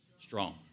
strong